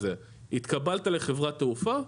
התקבלת לחברת תעופה,